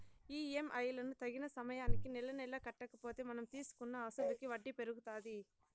EMI లను తగిన సమయానికి నెలనెలా కట్టకపోతే మనం తీసుకున్న అసలుకి వడ్డీ పెరుగుతాది